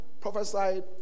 prophesied